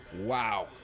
Wow